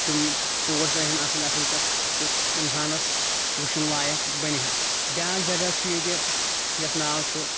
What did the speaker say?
تِم پوش روہَن اَصٕلۍ اَصٕلۍ تَتھ یُتھ اِنسانَس وُچھُن لایَق بَنہِ ہَا بیٛاکھ جگہ چھُ ییٚتہِ یَتھ ناو چھُ